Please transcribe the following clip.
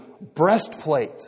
breastplate